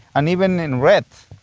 and even in red,